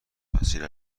مسیر